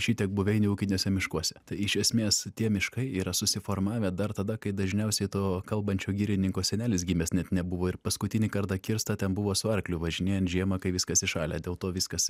šitiek buveinių ūkiniuose miškuose tai iš esmės tie miškai yra susiformavę dar tada kai dažniausiai to kalbančio girininko senelis gimęs net nebuvo ir paskutinį kartą kirsta ten buvo su arkliu važinėjant žiemą kai viskas įšalę dėl to viskas